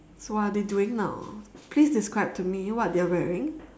so what are they doing now please describe to me what they're wearing